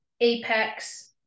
apex